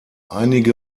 einige